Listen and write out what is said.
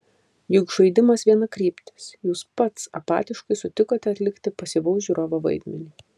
juk žaidimas vienakryptis jūs pats apatiškai sutikote atlikti pasyvaus žiūrovo vaidmenį